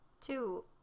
two